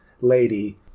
lady